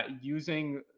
using